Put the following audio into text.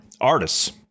Artists